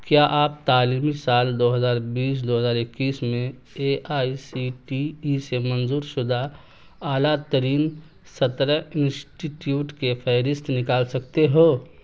کیا آپ تعلیمی سال دو ہزار بیس دو ہزار اکیس میں A I C T E سے منظور شدہ اعلیٰ ترین سترہ انسٹیٹیوٹ کے فہرست نکال سکتے ہو